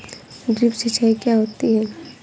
Drip सिंचाई क्या होती हैं?